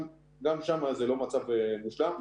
גם שם זה לא מצב מושלם.